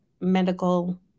medical